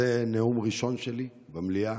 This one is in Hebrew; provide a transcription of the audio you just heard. זה נאום ראשון שלי במליאה.